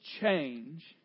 change